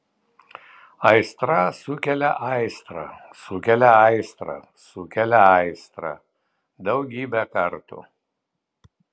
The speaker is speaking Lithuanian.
aistra sukelia aistrą sukelia aistrą sukelia aistrą daugybę kartų